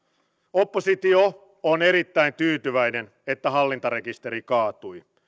oppositio on erittäin tyytyväinen että hallintarekisteri kaatui